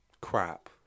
crap